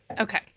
Okay